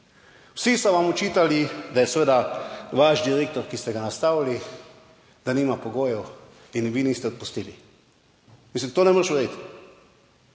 Vsi so vam očitali, da je seveda vaš direktor, ki ste ga nastavili, da nima pogojev in vi niste odpustili. Mislim, to ne moreš verjeti.